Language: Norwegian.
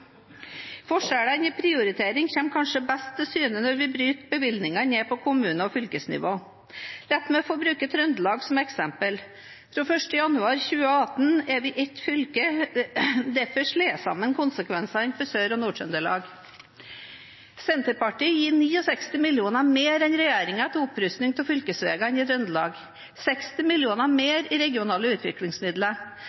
Forskjellene i prioriteringen kommer kanskje best til syne når vi bryter bevilgningene ned på kommune- og fylkesnivå. La meg få bruke Trøndelag som eksempel: Fra 1. januar 2018 er vi ett fylke, og derfor slår jeg sammen konsekvensene for Sør- og Nord-Trøndelag. Senterpartiet gir 69 mill. kr mer enn regjeringen til opprusting av fylkesveiene i Trøndelag og 60